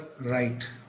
right